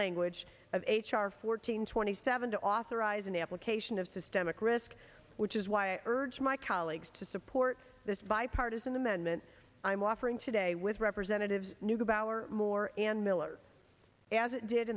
language of h r fourteen twenty seven to authorize an application of systemic risk which is why i urge my colleagues to support this bipartisan amendment i'm offering today with representatives neugebauer moore and miller as it did